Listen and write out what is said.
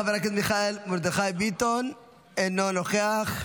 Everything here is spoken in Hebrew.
חבר הכנסת מרדכי ביטון, אינו נוכח.